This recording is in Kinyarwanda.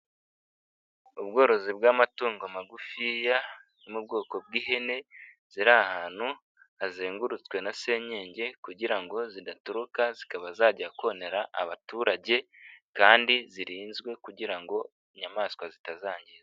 Ubworozi bw'amatungo magufiya n'ubwoko bw'ihene ziri ahantu hazengurutswe na senyenge kugira ngo zidatoroka zikaba zajya konera abaturage kandi zirinzwe kugira ngo inyamaswa zitazangiza.